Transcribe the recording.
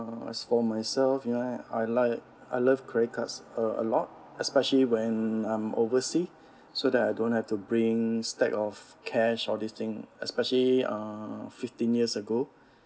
as for myself you know I I like I love credit cards a lot especially when I'm overseas so that I don't have to bring stack of cash all this thing especially uh fifteen years ago